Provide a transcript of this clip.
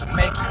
make